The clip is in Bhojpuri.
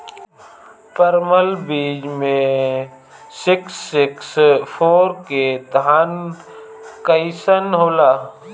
परमल बीज मे सिक्स सिक्स फोर के धान कईसन होला?